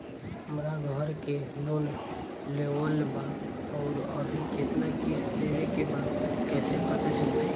हमरा घर के लोन लेवल बा आउर अभी केतना किश्त देवे के बा कैसे पता चली?